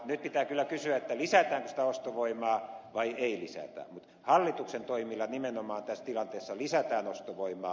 nyt pitää kyllä kysyä lisätäänkö sitä ostovoimaa vai eikö lisätä mutta hallituksen toimilla nimenomaan tässä tilanteessa lisätään ostovoimaa